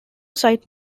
site